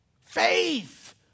Faith